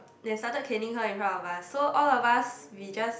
then started caning her in front of us so all of us we just